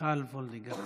מיכל וולדיגר.